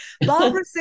Barbara